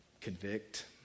convict